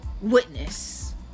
witness